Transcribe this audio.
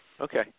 Okay